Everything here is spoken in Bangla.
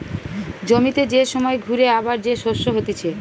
জমিতে যে সময় ঘুরে আবার যে শস্য হতিছে